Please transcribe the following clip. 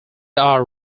are